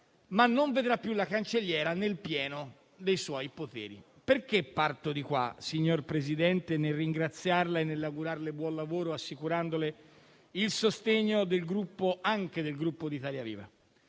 ma non vedrà più la Cancelliera nel pieno dei suoi poteri. Parto da questo, signor Presidente - nel ringraziarla e nell'augurarle buon lavoro, assicurandole il sostegno anche del Gruppo Italia Viva